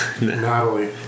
Natalie